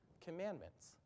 commandments